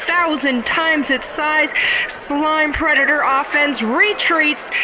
thousand! times its size slime! predator um offense retreats,